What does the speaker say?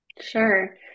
Sure